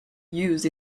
used